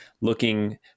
looking